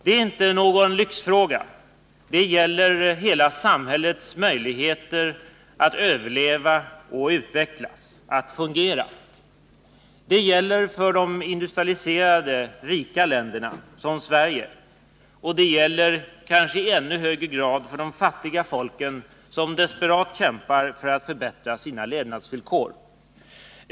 Den är inte någon lyxfråga — den gäller hela samhällets möjligheter att överleva och utvecklas, att fungera. Det gäller för de industrialiserade, rika länderna som Sverige, och det gäller i kanske ännu högre grad för de fattiga folken som desperat kämpar för att förbättra sina levnadsvillkor.